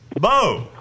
Bo